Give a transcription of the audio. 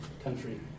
country